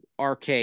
RK